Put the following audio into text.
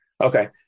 Okay